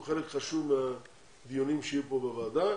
חלק חשוב מהדיונים שיהיו פה בוועדה.